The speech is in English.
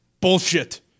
Bullshit